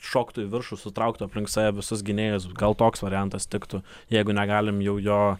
šoktų į viršų sutraukti aplink save visus gynėjus gal toks variantas tiktų jeigu negalim jau jo